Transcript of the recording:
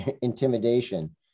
intimidation